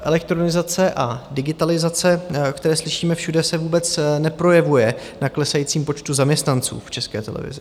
Elektronizace a digitalizace, o které slyšíme všude, se vůbec neprojevuje na klesajícím počtu zaměstnanců v České televizi.